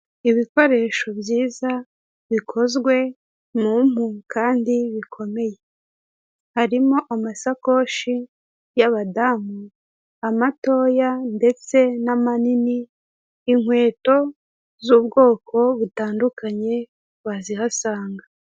Ibikoresho byiza bikozwe mu mpu kandi bikomeye. Harimo amasakoshi y'abadamu amatoya ndetse n'amanini inkweto z'ubwoko butandukanye wazihasanga.